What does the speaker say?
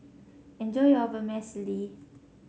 enjoy your Vermicelli